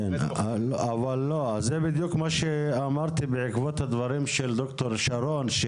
זה מה שאמרתי בעקבות הדברים של דוקטור שרון.